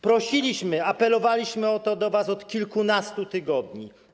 Prosiliśmy, apelowaliśmy o to do was od kilkunastu tygodni.